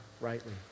rightly